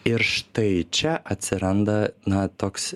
ir štai čia atsiranda na toks